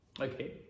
Okay